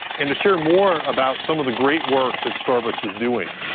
and to share more about some of the great work that starbucks is doing,